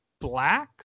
black